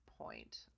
point